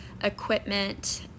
equipment